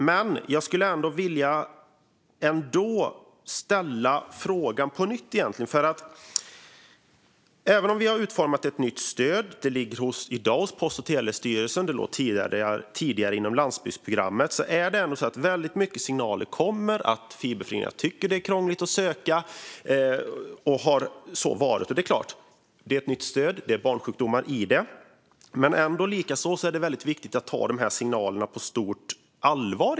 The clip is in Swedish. Men jag skulle ändå vilja ställa en fråga om det. Även om vi har utformat ett nytt stöd, som i dag ligger hos Post och telestyrelsen och tidigare inom landsbygdsprogrammet, kommer många signaler om att fiberföreningar tycker att det är krångligt att söka det. Det är klart; det är ju ett nytt stöd och det kan finnas barnsjukdomar i det. Men det är viktigt att ta dessa signaler på stort allvar.